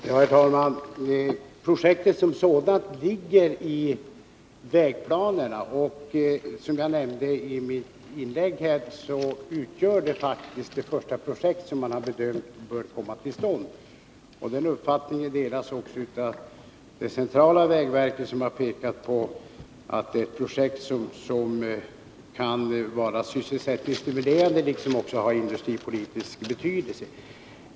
Herr talman! Projektet som sådant finns med i vägplanerna, och som jag nämnde i mitt tidigare inlägg utgör det faktiskt det projekt som man har bedömt bör komma till stånd först. Den uppfattningen delas också av det centrala vägverket, som har pekat på att projektet kan vara sysselsättningsstimulerande och även ha industripolitisk betydelse.